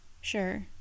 Sure